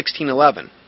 1611